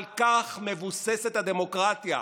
על כך מבוססת הדמוקרטיה,